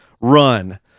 run